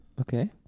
Okay